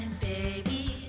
baby